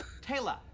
Taylor